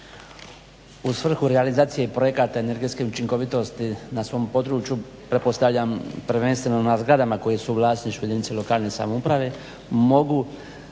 u svrhu realizacije projekata i energetske učinkovitosti na svom području pretpostavljam prvenstveno na zgradama koje su u vlasništvu jedinice lokalne samouprave mogu